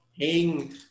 hang